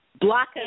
Block